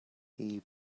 heave